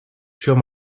чем